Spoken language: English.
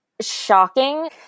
shocking